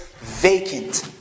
vacant